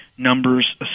numbers